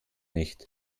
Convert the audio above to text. nicht